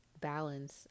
balance